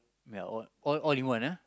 I mean all all all in one ah